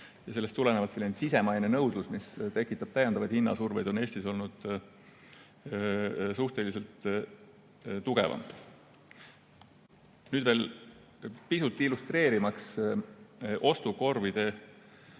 ja sellest tulenevalt on sisemaine nõudlus, mis tekitab täiendavaid hinnasurveid, Eestis olnud suhteliselt tugevam. Nüüd veel pisut illustreerimaks ostukorvide